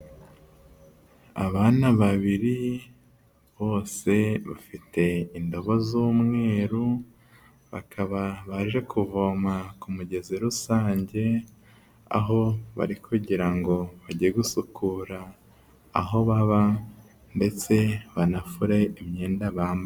Abana babiri, bose bafite indabo z'umweru, bakaba baje kuvoma ku mugezi rusange, aho bari kugira ngo bajye gusukura aho baba ndetse banafure imyenda bambara.